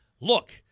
Look